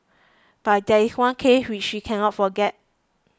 but there is one case which she cannot forget